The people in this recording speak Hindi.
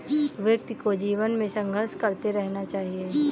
व्यक्ति को जीवन में संघर्ष करते रहना चाहिए